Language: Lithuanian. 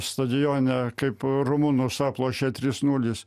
stadione kaip rumunus aplošė trys nulis